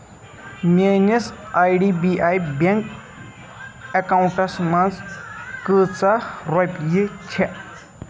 میٲنِس I D B I bank accounts منٛز کۭژاہ رۄپیہِ چھےٚ